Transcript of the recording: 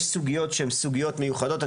יש סוגיות שהן סוגיות מיוחדות.